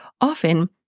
often